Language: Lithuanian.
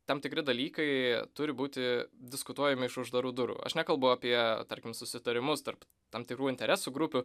tam tikri dalykai turi būti diskutuojami iš uždarų durų aš nekalbu apie tarkim susitarimus tarp tam tikrų interesų grupių